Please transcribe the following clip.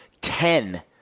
Ten